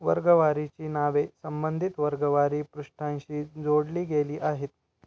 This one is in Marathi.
वर्गवारीची नावे संबंधित वर्गवारी पृष्ठांशी जोडली गेली आहेत